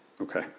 Okay